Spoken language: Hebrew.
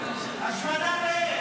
נתקבל.